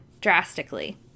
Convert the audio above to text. drastically